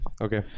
Okay